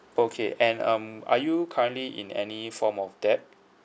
okay and um are you currently in any form of debt